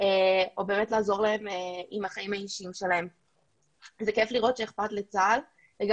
אלך לשורה התחתונה ולדעתי הכיוון חלקו